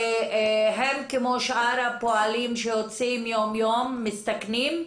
והם כמו שאר הפועלים שיוצאים יום יום מסתכנים.